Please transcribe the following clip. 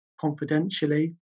confidentially